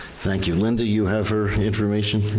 thank you, linda, you have her information?